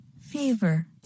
Fever